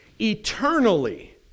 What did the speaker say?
eternally